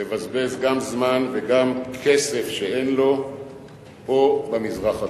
לבזבז גם זמן וגם כסף שאין לו פה, במזרח התיכון.